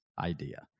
idea